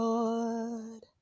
Lord